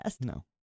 No